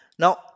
Now